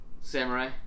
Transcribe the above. samurai